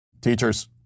Teachers